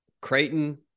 Creighton